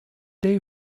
day